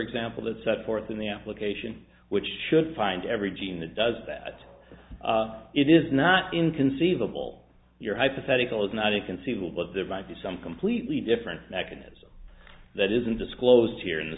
example that set forth in the application which should find every gene that does that it is not inconceivable your hypothetical is not inconceivable but there might be some completely different mechanism that isn't disclosed here in the